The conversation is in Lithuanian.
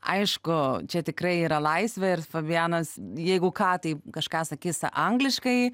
aišku čia tikrai yra laisvė ir fabianas jeigu ką tai kažką sakys angliškai